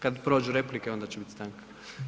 Kad prođu replike, onda će biti stanka.